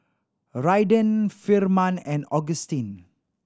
Raiden Firman and Augustine